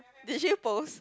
did she post